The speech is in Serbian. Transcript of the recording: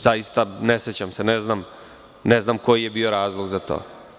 Zaista ne sećam se i ne znam koji je bio razlog za to.